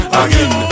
again